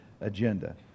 agenda